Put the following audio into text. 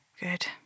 good